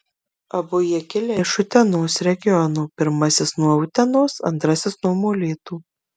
abu jie kilę iš utenos regiono pirmasis nuo utenos antrasis nuo molėtų